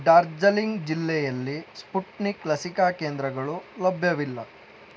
ಡಾರ್ಜಲಿಂಗ್ ಜಿಲ್ಲೆಯಲ್ಲಿ ಸ್ಪುಟ್ನಿಕ್ ಲಸಿಕಾ ಕೇಂದ್ರಗಳು ಲಭ್ಯವಿಲ್ಲ